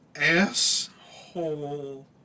Asshole